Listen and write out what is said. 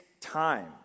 time